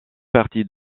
partie